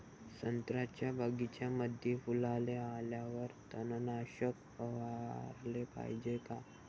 संत्र्याच्या बगीच्यामंदी फुलाले आल्यावर तननाशक फवाराले पायजे का?